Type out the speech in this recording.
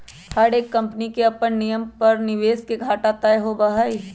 हर एक कम्पनी के अपन नियम पर निवेश के घाटा तय होबा हई